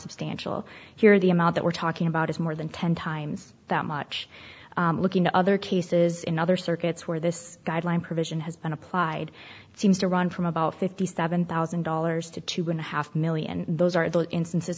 substantial here the amount that we're talking about is more than ten times that much looking to other cases in other circuits where this guideline provision has been applied it seems to run from about fifty seven thousand dollars to two and a half million those are the instances